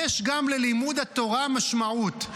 יש גם ללימוד התורה משמעות.